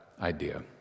idea